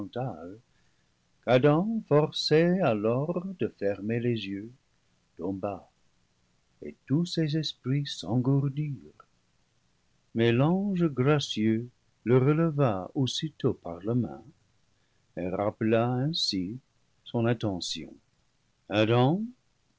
qu'adam forcé alors de fermer les yeux tomba et tous ses esprits s'engourdirent mais l'ange gracieux le releva aussitôt par la main et rappela ainsi son attention